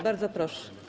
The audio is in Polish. Bardzo proszę.